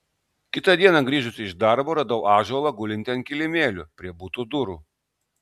kitą dieną grįžusi iš darbo radau ąžuolą gulintį ant kilimėlio prie buto durų